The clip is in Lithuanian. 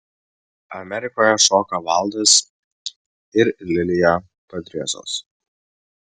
amerikoje šoka valdas ir lilija padriezos